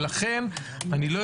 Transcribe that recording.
לכן איני יודע